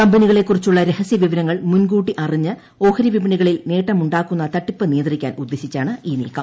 കമ്പനികളെക്കുറിച്ചുള്ള രഹസ്യവിവരങ്ങൾ മുൻകൂട്ടി അറിഞ്ഞ് ഓഹരിവിപണികളിൽ നേട്ടമുണ്ടാക്കുന്ന തട്ടിപ്പ് നിയന്ത്രിക്കാൻ ഉദ്ദേശിച്ചാണ് ഈ നീക്കം